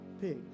pigs